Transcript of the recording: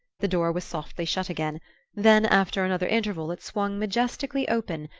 the door was softly shut again then after another interval it swung majestically open,